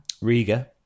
Riga